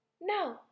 No